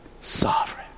Sovereign